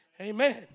Amen